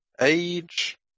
age